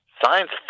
science